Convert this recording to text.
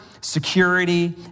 security